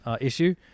issue